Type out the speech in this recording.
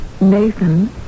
Nathan